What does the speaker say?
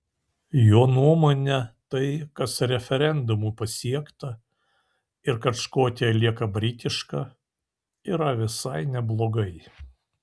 jo nuomone tai kas referendumu pasiekta ir kad škotija lieka britiška yra visai neblogai